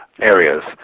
areas